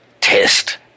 test